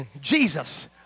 Jesus